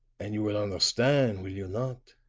and you will onderstan', will you not,